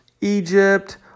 Egypt